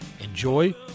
Enjoy